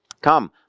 Come